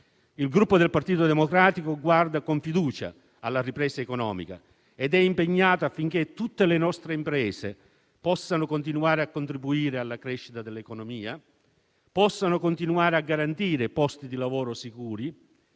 Il Gruppo Partito Democratico guarda con fiducia alla ripresa economica ed è impegnato affinché tutte le nostre imprese possano continuare a contribuire alla crescita dell'economia, a garantire posti di lavoro sicuri,